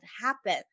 happen